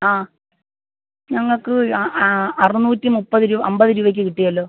ആ ഞങ്ങൾക്ക് അറുന്നൂറ്റി മുപ്പത് രൂപ അൻപത് രൂപക്ക് കിട്ടിയല്ലോ